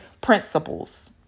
principles